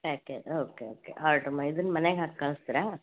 packet okay okay order ಮಾಡಿದನು ಮನೆಗೆ ಹಾಕಿ ಕಳಿಸ್ತೀರಾ